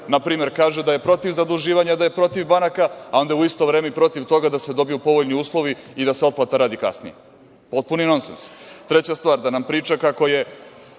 zajmovima kaže da je protiv zaduživanja, da je protiv banaka, a onda u isto vreme i protiv toga da se dobiju povoljni uslovi i da se otplata radi kasnije. Potpuni nonses. Treća stvar, da nam priča kako je